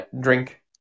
drink